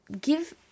Give